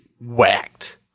whacked